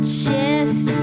chest